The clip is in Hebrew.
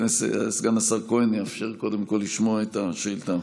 סגן השר כהן יאפשר קודם כול לשמוע את השאילתה.